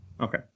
Okay